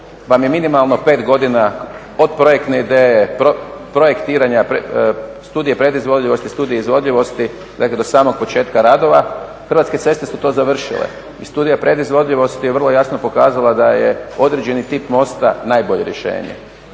pa mi minimalno 5 godina od projektne ideje, projektiranja, studije predizvodljivosti, studije izvodljivosti, dakle do samog početka radova Hrvatske ceste su to završile i studija predizvodljivosti je vrlo jasno pokazala da je određeni tip mosta najbolje rješenje.